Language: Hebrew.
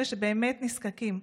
אלה שבאמת נזקקים.